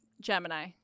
gemini